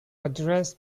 address